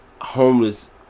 homeless